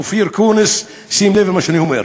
אופיר אקוניס, שים לב למה שאני אומר: